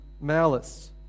malice